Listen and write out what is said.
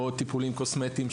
או טיפולים קוסמטיים,